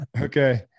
Okay